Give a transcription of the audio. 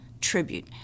tribute